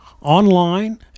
online